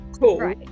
cool